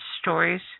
stories